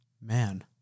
Man